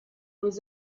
was